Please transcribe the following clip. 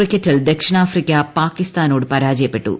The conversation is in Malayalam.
ക്രിക്കറ്റിൽ ദക്ഷിണാഫ്രിക്ക പാകിസ്ഥാനോട് ലോകകപ്പ് പരാജയപ്പെട്ടു